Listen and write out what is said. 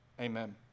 Amen